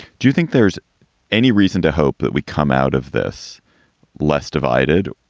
do you think there's any reason to hope that we come out of this less divided,